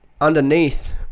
underneath